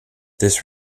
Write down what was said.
this